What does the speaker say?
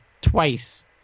twice